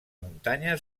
muntanya